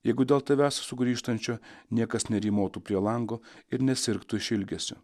jeigu dėl tavęs sugrįžtančio niekas nerymotų prie lango ir nesirgtų iš ilgesio